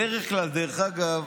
בדרך כלל, דרך אגב,